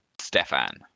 Stefan